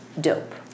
dope